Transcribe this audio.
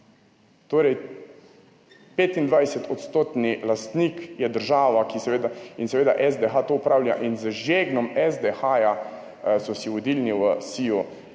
torej 25-odstotni lastnik je država, in seveda SDH to upravlja, in z žegnom SDH so si vodilni v SIJ